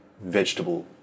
vegetable